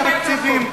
תקציבים.